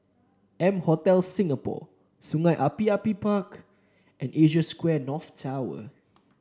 M Hotel Singapore Sungei Api Api Park and Asia Square North Tower